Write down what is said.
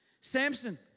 Samson